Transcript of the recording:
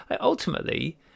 ultimately